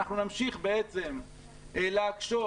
נמשיך להקשות,